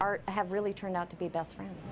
our have really turned out to be best friends